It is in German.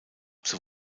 zur